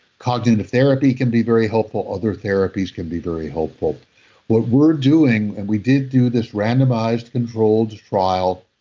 cognitive therapy can be very helpful. other therapies can be very helpful what we're doing and we did do this randomized controlled trial,